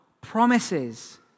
promises